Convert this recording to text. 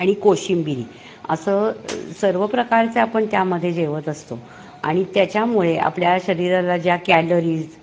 आणि कोशिंबिरी असं सर्व प्रकारचं आपण त्यामध्ये जेवत असतो आणि त्याच्यामुळे आपल्या शरीराला ज्या कॅलरीज